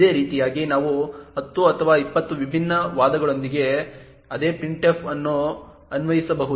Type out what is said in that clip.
ಇದೇ ರೀತಿಯಾಗಿ ನಾವು 10 ಅಥವಾ 20 ವಿಭಿನ್ನ ವಾದಗಳೊಂದಿಗೆ ಅದೇ printf ಅನ್ನು ಆಹ್ವಾನಿಸಬಹುದು